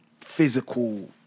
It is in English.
physical